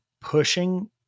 pushing